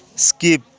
skip